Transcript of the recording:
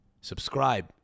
subscribe